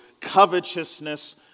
covetousness